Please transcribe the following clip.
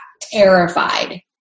terrified